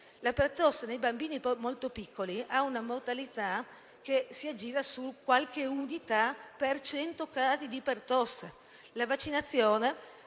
La pertosse nei bambini molto piccoli ha una mortalità che si aggira su qualche unità per cento casi di pertosse;